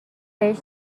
بهش